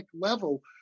level